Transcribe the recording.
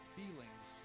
feelings